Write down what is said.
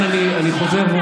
עכשיו.